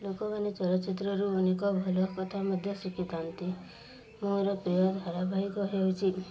ଲୋକମାନେ ଚଳଚ୍ଚିତ୍ରରୁ ଅନେକ ଭଲ କଥା ମଧ୍ୟ ଶିଖିଥାନ୍ତି ମୋର ପ୍ରିୟ ଧାରାବାହିକ ହେଉଛିି